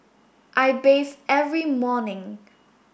I bathe every morning